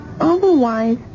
otherwise